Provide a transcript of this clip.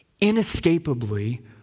inescapably